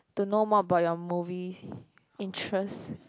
to know more about your movies interest